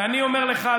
ואני אומר לך,